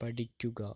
പഠിക്കുക